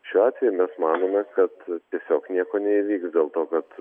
šiuo atveju mes manome kad tiesiog nieko neįvyks dėl to kad